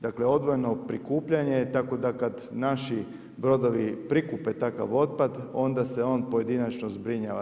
Dakle, odvojeno prikupljanje, tako da kad nađi brodovi prikupe takav otpad onda se on pojedinačno zbrinjava.